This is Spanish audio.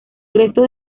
restos